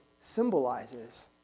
symbolizes